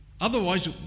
Otherwise